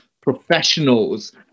professionals